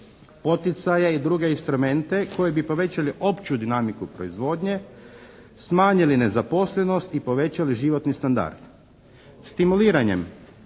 poticaja i druge instrumente koji bi povećali opću dinamiku proizvodnje, smanjili nezaposlenost i povećali životni standard. Stimuliranjem